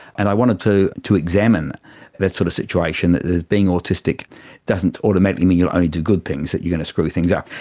and i wanted to to examine that sort of situation, that being autistic doesn't automatically mean you'll only do good things, that you're going to screw things up.